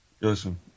Listen